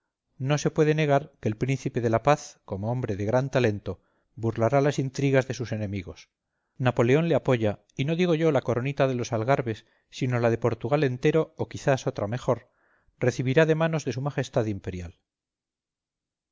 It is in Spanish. no se puede negar que el príncipe de la paz como hombre de gran talento burlará las intrigas de sus enemigos napoleón le apoya y no digo yo la coronita de los algarbes sino la de portugal entero o quizás otra mejor recibirá de manos de su majestad imperial